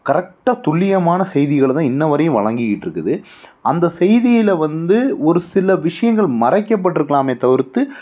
கரெக்டாக துல்லியமான செய்திகளை தான் இன்றைவரையும் வழங்கிக்கிட்டு இருக்குது அந்த செய்தியில் வந்து ஒரு சில விஷயங்கள் மறைக்கப்பட்டிருக்கலாமே தவிர்த்து